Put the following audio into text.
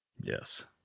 yes